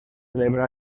celebra